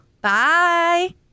Bye